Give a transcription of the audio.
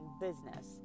business